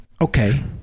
Okay